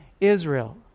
Israel